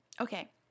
Okay